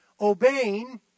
Obeying